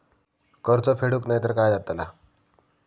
कर्ज फेडूक नाय तर काय जाताला?